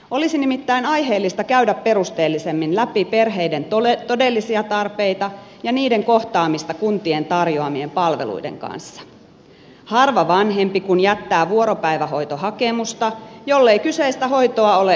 olisi nimittäin aiheellista käydä perusteellisemmin läpi perheiden todellisia tarpeita ja niiden kohtaamista kuntien tarjoamien palveluiden kanssa harva vanhempi kun jättää vuoropäivähoitohakemusta jollei kyseistä hoitoa ole edes tarjolla